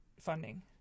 funding